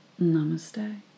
Namaste